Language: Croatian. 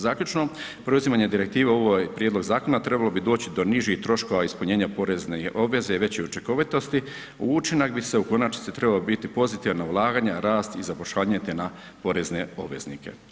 Zaključno, preuzimanje direktive u ovaj prijedlog zakona trebalo bi doći do nižih troškova ispunjenja porezne obveze i veće učinkovitosti, u učinak bi se u konačnici trebao biti pozitivna ulaganja, rast i zapošljavanje, te na porezne obveznike.